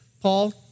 Paul